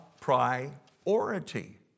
priority